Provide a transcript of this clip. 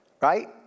Right